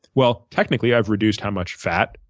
well, technically, i've reduced how much fat,